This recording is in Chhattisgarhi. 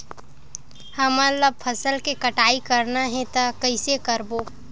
हमन ला फसल के कटाई करना हे त कइसे करबो?